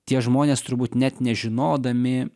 tie žmonės turbūt net nežinodami